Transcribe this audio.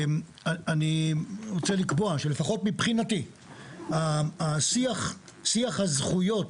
אני רוצה לקבוע שלפחות מבחינתי השיח, שיח הזכויות,